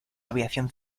aviación